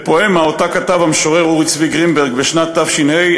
בפואמה שכתב המשורר אורי צבי גרינברג בשנת תש"ה,